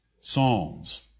Psalms